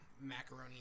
macaroni